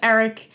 Eric